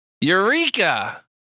Eureka